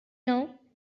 know